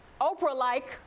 Oprah-like